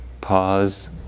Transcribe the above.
pause